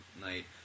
night